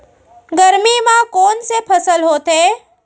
गरमी मा कोन से फसल होथे?